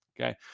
Okay